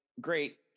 great